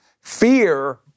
Fear